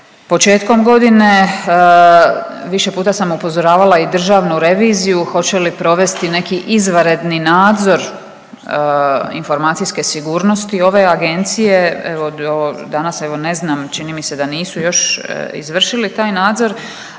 početkom godine. Više puta sam upozoravala i Državnu reviziju hoće li provesti neki izvanredni nadzor informacijske sigurnosti ove agencije. Evo do danas ne znam čini mi se da nisu još izvršili taj nadzor,